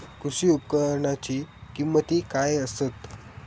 कृषी उपकरणाची किमती काय आसत?